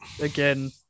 again